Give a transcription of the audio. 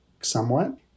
somewhat